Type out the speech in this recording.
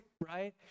right